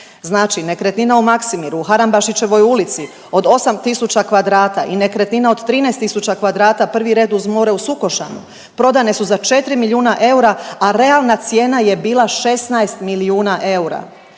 Znači, nekretnina u Maksimiru u Harambašićevoj ulici od 8000 kvadrata i nekretnina od 13000 kvadrata, prvi red uz more u Sukošanu prodane su za 4 milijuna eura, a realna cijena je bila 16 milijuna eura.